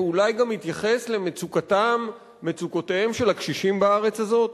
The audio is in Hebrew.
ואולי גם יתייחס למצוקותיהם של הקשישים בארץ הזאת?